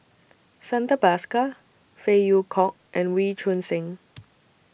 Santha Bhaskar Phey Yew Kok and Wee Choon Seng